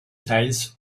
teils